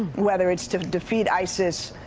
whether it's to defeat isis,